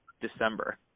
December